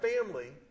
family